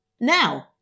Now